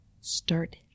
start